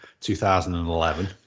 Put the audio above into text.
2011